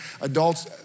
Adults